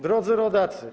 Drodzy Rodacy!